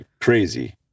crazy